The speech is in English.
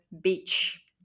beach